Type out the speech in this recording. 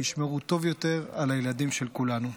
ישמרו טוב יותר על הילדים של כולנו.